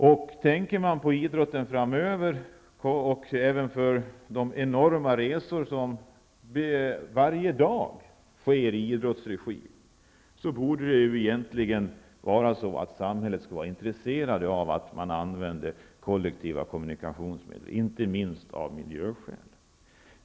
Om man ser till idrotten framöver och det omfattande antalet resor som varje dag sker i idrottens regi, borde samhället egentligen vara intresserat av att man använder kollektiva kommunikationsmedel, inte minst av miljöskäl.